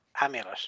amulet